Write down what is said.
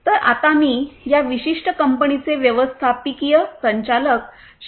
तर आता मी या विशिष्ट कंपनीचे व्यवस्थापकीय संचालक श्री